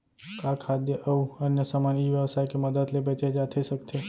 का खाद्य अऊ अन्य समान ई व्यवसाय के मदद ले बेचे जाथे सकथे?